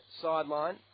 sideline